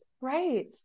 right